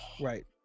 Right